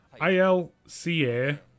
ILCA